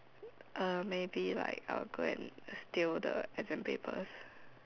uh maybe like I will go and like steal the exam papers